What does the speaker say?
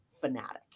fanatic